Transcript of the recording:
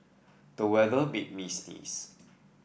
the weather made me sneeze